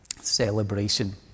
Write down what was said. Celebration